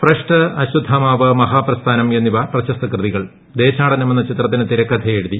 ഭ്രഷ്ട് അശ്വത്ഥാമാവ് മഹാപ്രസ്ഥാനം എന്നിവ പ്രശസ്ത കൃതികൾ ദേശാടനം എന്ന ചിത്രത്തിന് തിരക്കഥയെഴുതി